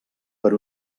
per